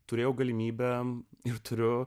turėjau galimybę ir turiu